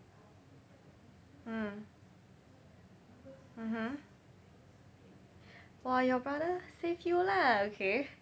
mm mmhmm !wah! your brother save you lah okay